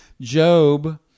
Job